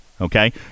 okay